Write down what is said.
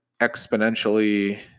exponentially